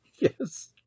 yes